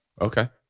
Okay